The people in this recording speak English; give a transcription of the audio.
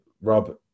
Rob